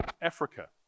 Africa